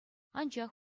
анчах